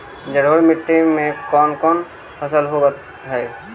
जलोढ़ मट्टी में कोन कोन फसल होब है?